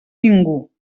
ningú